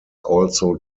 also